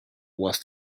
was